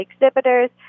exhibitors